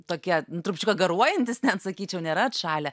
tokie trupučiuką garuojantys net sakyčiau nėra atšalę